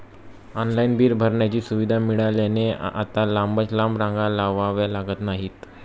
online bill भरण्याची सुविधा मिळाल्याने आता लांबच लांब रांगा लावाव्या लागत नाहीत